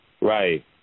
Right